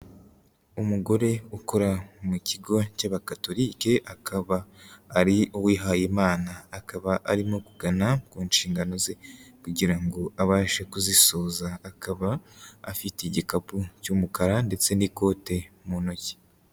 Umugore ukora mu kigo cy'abakatorike, akaba ari uwihayimana, akaba arimo kugana ku nshingano ze kugira ngo abashe kuzisoza, akaba afite igikapu cy'umukara ndetse n'ikote mu ntoki.